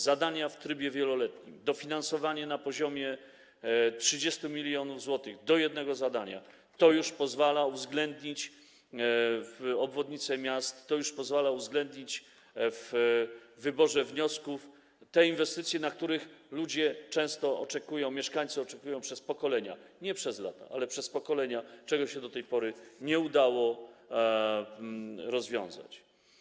Zadania w trybie wieloletnim, dofinansowanie na poziomie 30 mln zł do jednego zadania - to już pozwala uwzględnić obwodnice miast, to już pozwala uwzględnić w wyborze wniosków te inwestycje, na które ludzie często oczekują, mieszkańcy oczekują przez pokolenia, nie przez lata, ale przez pokolenia, a czego się do tej pory nie udało rozwiązać.